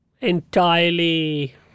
entirely